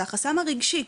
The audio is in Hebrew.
זה החסם הרגשי,